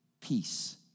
peace